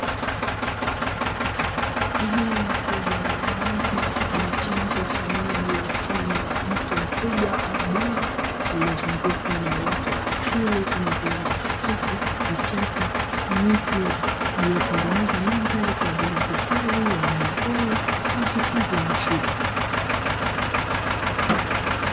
Eneo kubwa la wazi lenye chanzo cha maji mfano wa mto mkubwa au bwawa lililozungukwa na uoto wa asili kama vile: nyasi fupi, vichaka na miti iliyotengeneza mandhari kwa ajili ya hifadhi ya wanyamapori au hifadhi ya msitu.